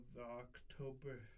October